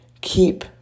Keep